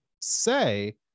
say